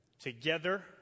together